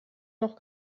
noch